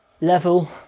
level